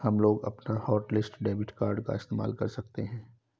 हमलोग अपना hotlist debit card का इस्तेमाल कर सकते हैं